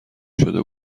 شده